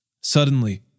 Suddenly